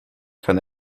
kann